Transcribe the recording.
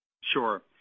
Sure